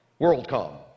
WorldCom